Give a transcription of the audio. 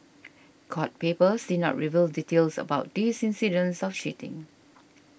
court papers did not reveal details about these incidents of cheating